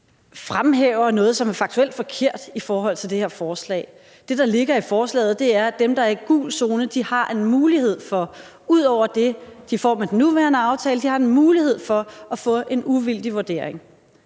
fremhæver noget, som er faktuelt forkert i forhold til det her forslag. Det, der ligger i forslaget, er, at dem, der er i gul zone, har en mulighed for – ud over det, de får med den nuværende aftale – at få en uvildig vurdering.